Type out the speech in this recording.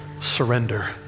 Surrender